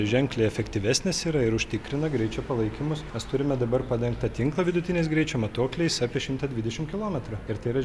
ženkliai efektyvesnės yra ir užtikrina greičio palaikymus mes turime dabar padengtą tinklą vidutiniais greičio matuokliais apie šimtą dvidešimt kilometrų ir tai yra